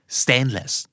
stainless